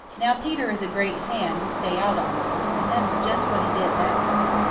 now peter is a great hand to stay out all night, and that is just what he did that night.